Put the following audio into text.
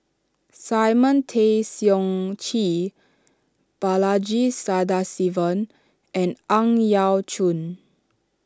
Simon Tay Seong Chee Balaji Sadasivan and Ang Yau Choon